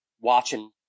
watching